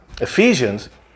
Ephesians